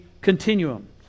continuum